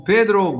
Pedro